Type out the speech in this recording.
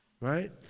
right